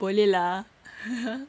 boleh lah